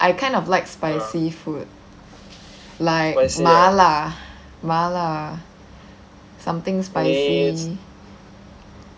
I kind of like spicy food like mala mala something spicy